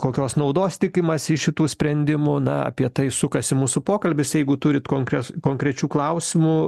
kokios naudos tikimasi iš šitų sprendimų na apie tai sukasi mūsų pokalbis jeigu turit konkres konkrečių klausimų